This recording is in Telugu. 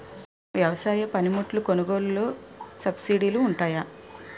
వ్యవసాయ పనిముట్లు కొనుగోలు లొ సబ్సిడీ లు వుంటాయా?